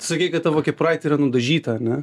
sakei kad tavo kepuraitė yra nudažyta ar ne